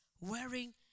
wearing